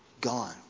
Gone